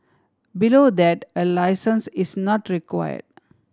below that a licence is not required